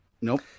Nope